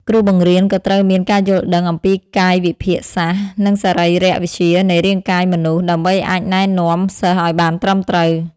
គ្រូបង្រៀនក៏ត្រូវមាន ការយល់ដឹងអំពីកាយវិភាគសាស្ត្រ និងសរីរវិទ្យានៃរាងកាយមនុស្ស ដើម្បីអាចណែនាំសិស្សឱ្យបានត្រឹមត្រូវ។